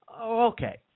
okay